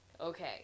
Okay